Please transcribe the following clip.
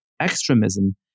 extremism